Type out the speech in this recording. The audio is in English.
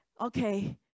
okay